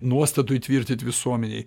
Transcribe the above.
nuostatų įtvirtyt visuomenėj